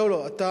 כן.